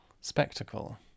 spectacle